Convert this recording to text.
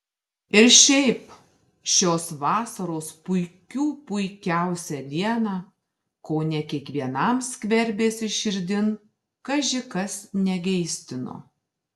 ir šiaip šios vasaros puikių puikiausią dieną kone kiekvienam skverbėsi širdin kaži kas negeistino